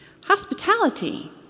Hospitality